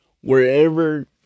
wherever